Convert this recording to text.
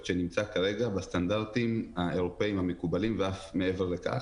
שנמצא כרגע בסטנדרטים האירופיים המקובלים ואף מעבר לכך.